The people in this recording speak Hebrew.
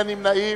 מי נמנע?